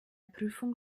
prüfung